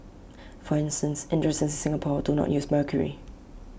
for instance industries in Singapore do not use mercury